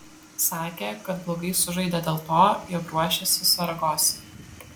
sakė kad blogai sužaidė dėl to jog ruošėsi saragosai